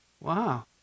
Wow